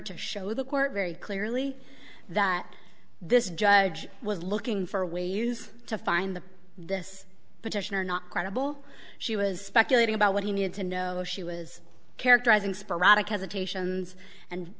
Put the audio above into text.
to show the court very clearly that this judge was looking for ways to find the this petitioner not credible she was speculating about what he needed to know she was characterizing sporadic hesitations and